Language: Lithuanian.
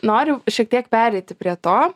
noriu šiek tiek pereiti prie to